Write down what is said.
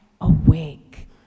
awake